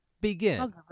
Begin